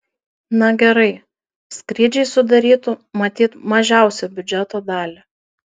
na gerai skrydžiai sudarytų matyt mažiausią biudžeto dalį